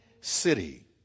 city